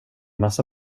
massa